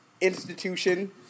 institution